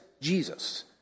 Jesus